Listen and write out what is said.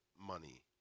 money